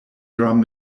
drum